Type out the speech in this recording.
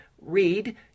read